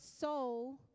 soul